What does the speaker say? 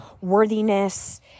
worthiness